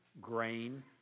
grain